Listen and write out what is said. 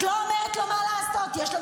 כל בנק שיעלה את הריביות ללקוחות האישיים שלו,